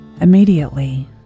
Immediately